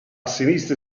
sinistra